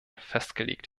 festgelegt